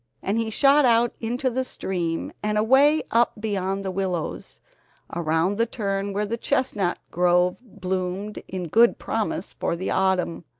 and he shot out into the stream and away up beyond the willows around the turn where the chestnut grove bloomed in good promise for the autumn